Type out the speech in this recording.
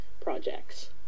projects